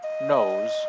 knows